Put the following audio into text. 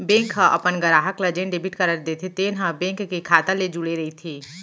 bank ह अपन गराहक ल जेन डेबिट कारड देथे तेन ह बेंक के खाता ले जुड़े रइथे